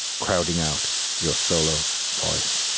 crowding out your solo voice.